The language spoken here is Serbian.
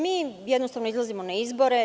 Mi jednostavno izlazimo na izbore.